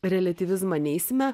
reliatyvizmą neisime